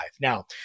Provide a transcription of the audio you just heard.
Now